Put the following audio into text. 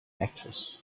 actress